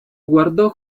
guardò